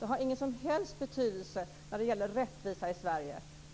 Den har ingen som helst betydelse för rättvisan i Sverige.